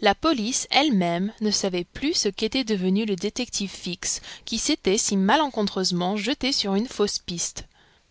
la police elle-même ne savait plus ce qu'était devenu le détective fix qui s'était si malencontreusement jeté sur une fausse piste